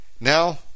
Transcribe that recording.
Now